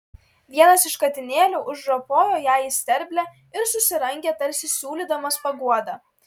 vienas iš katinėlių užropojo jai į sterblę ir susirangė tarsi siūlydamas paguodą